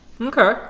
Okay